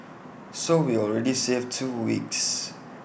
so we already save two weeks